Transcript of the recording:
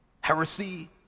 Heresy